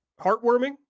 heartwarming